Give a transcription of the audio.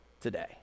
today